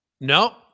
No